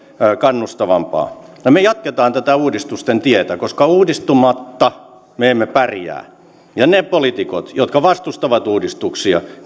kannustavampaa ja me jatkamme tätä uudistusten tietä koska uudistumatta me emme pärjää ja ne poliitikot jotka vastustavat uudistuksia